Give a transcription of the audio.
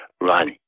run